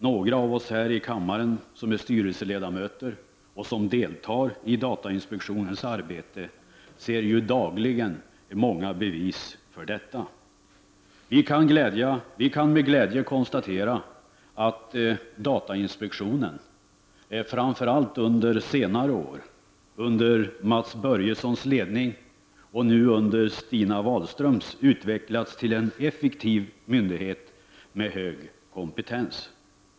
Några av oss här i kammaren som är styrelseledamöter och som deltar i datainspektionens arbete ser dagligen många bevis för detta. Vi kan med glädje konstatera att datainspektionen framför allt under senare år under Mats Börjessons ledning och nu under Stina Whalströms utvecklats till en effektiv myndighet med hög kompetens.